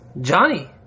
Johnny